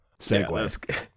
segue